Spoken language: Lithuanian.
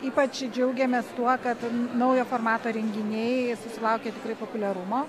ypač džiaugiamės tuo kad naujo formato renginiai susilaukia tikrai populiarumo